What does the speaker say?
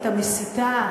המסיתה,